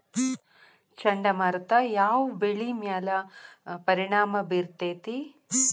ಚಂಡಮಾರುತ ಯಾವ್ ಬೆಳಿ ಮ್ಯಾಲ್ ಪರಿಣಾಮ ಬಿರತೇತಿ?